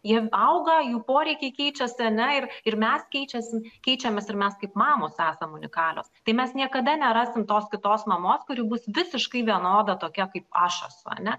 jiem auga jų poreikiai keičias ane ir ir mes keičiasi keičiamės ir mes kaip mamos esam unikalios tai mes niekada nerasim tos kitos mamos kuri bus visiškai vienoda tokia kaip aš esu ane